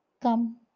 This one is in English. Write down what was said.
come